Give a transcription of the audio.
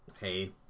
hey